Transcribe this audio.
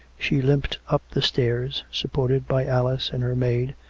she limped up the steps, supported by alice and her maid,